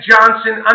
Johnson